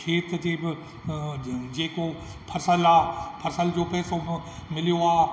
खेत ते बि जेको फ़सुलु आहे फ़सल जो पैसो मिलियो आहे